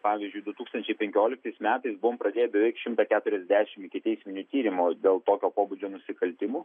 pavyzdžiui du tūkstančiai penkioliktais metais buvom pradėję beveik šimtą keturiasdešimt ikiteisminių tyrimų dėl tokio pobūdžio nusikaltimų